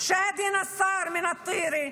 שאדי נאסר מטירה,